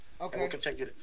Okay